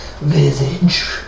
visage